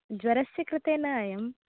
ज्वरस्य् कृते न अयम्